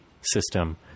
system